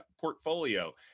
portfolio